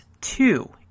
two